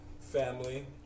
family